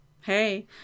hey